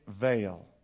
veil